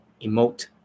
emote